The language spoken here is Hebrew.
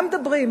על מה מדברים?